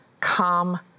calm